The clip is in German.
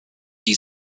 die